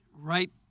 Right